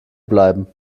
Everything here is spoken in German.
bleiben